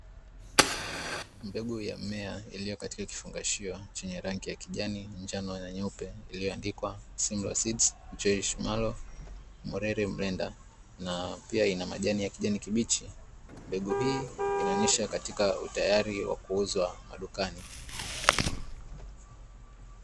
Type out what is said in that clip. Mbegu ya mmea iliyo katika kifungashio chenye rangi ya kijani, njano na nyeupe iliyoandikwa ''simlaw seeds jews mallow mrere mrenda'' na pia ina majani ya kijani kibichi. Mbegu hii inaonyesha katika utayari wa kuuzwa madukani.